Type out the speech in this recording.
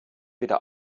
wieder